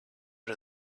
are